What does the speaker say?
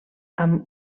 amb